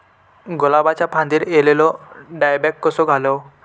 गुलाबाच्या फांदिर एलेलो डायबॅक कसो घालवं?